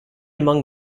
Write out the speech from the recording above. among